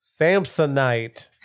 Samsonite